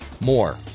more